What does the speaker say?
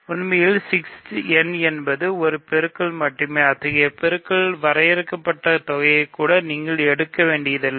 உண்மையில் 6 n என்பது ஒரு பெருக்கல் மட்டுமே அத்தகைய பெருக்கல்களின் வரையறுக்கப்பட்ட தொகையை கூட நீங்கள் எடுக்க வேண்டியதில்லை